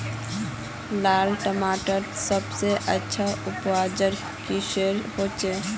लाल माटित सबसे अच्छा उपजाऊ किसेर होचए?